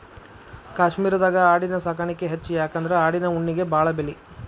ಕಾಶ್ಮೇರದಾಗ ಆಡಿನ ಸಾಕಾಣಿಕೆ ಹೆಚ್ಚ ಯಾಕಂದ್ರ ಆಡಿನ ಉಣ್ಣಿಗೆ ಬಾಳ ಬೆಲಿ